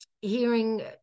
Hearing